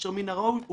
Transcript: אשר מן הראוי הוא...